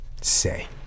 say